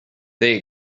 they